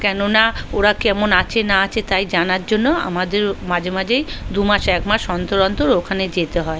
কেননা ওরা কেমন আছে না আছে তাই জানার জন্য আমাদের মাঝেমাঝেই দু মাস এক মাস অন্তর অন্তর ওখানে যেতে হয়